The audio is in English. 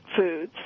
foods